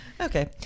Okay